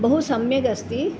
बहु सम्यगस्ति